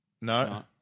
No